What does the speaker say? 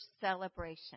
celebration